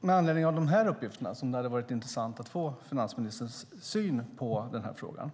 med anledning av dessa uppgifter som det hade varit intressant att få finansministerns syn på frågan.